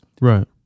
Right